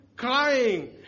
Crying